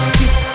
See